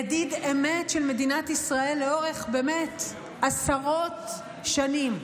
ידיד אמת של מדינת ישראל לאורך עשרות שנים,